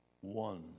one